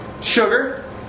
Sugar